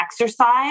exercise